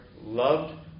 loved